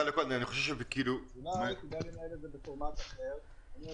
חוק אבל האכיפה נעשית אך ורק על משרדי ממשלה ופחות על חברות ממשלתיות.